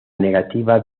negativa